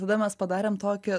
tada mes padarėm tokią